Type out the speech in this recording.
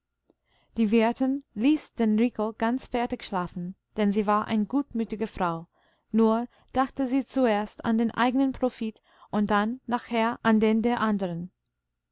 die wirtin ließ den rico ganz fertig schlafen denn sie war eine gutmütige frau nur dachte sie zuerst an den eigenen profit und dann nachher an den der anderen